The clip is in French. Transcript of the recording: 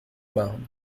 marne